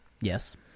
Yes